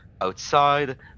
outside